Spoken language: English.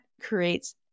creates